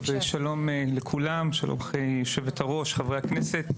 טוב, שלום לכולם, שלום יושבת הראש, חברי הכנסת.